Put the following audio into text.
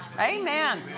Amen